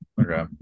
Okay